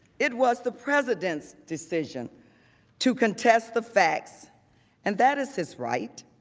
it was the president's decision to contest the facts and that is his right.